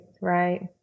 right